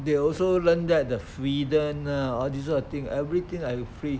they also learn that the freedom ah all this kind of thing everything I free